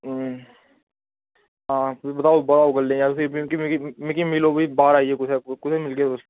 हां भी बधाओ बधाओ गेड्डी गल्ल भी मिगी मिगी मिलो भी बाहर आइयै कुतै कुत्थै मिलगे तुस